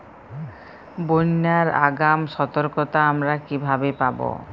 বন্যার আগাম সতর্কতা আমরা কিভাবে পাবো?